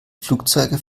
flugzeuge